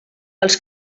als